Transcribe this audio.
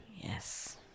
Yes